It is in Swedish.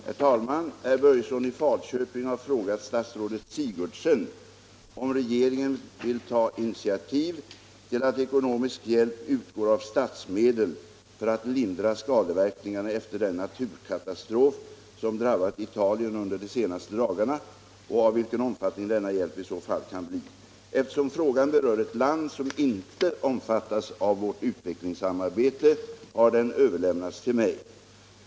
Herr talman! Herr Börjesson i Falköping har frågat statsrådet Sigurdsen om regeringen vill ta initiativ till att ekonomisk hjälp utgår av statsmedel för att lindra skadeverkningarna efter den naturkatastrof som drabbat Italien under de senaste dagarna och av vilken omfattning denna hjälp i så fall kan bli. Eftersom frågan berör ett land som inte omfattas av vårt utvecklingssamarbete har den överlämnats till mig.